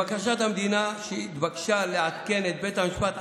הבחירות וחילופי השרים בממשלה,